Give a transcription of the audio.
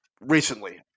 Recently